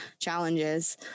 challenges